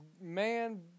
Man